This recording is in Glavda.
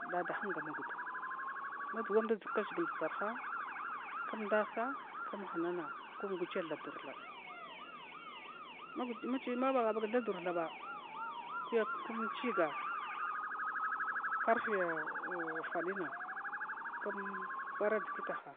Dada hunga maguda ma dʒugwamda dʒug kʒuhgl duʒarhna kumdaha thar kum hunana kum gukya thadur thab mabagabag thadur. Thaba kmchiga karfiya ufadina km bara dgitaha